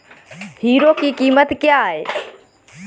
Hero की कीमत क्या है?